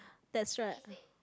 that's right